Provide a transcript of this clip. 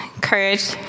courage